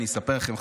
אספר לכם,